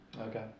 okay